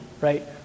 right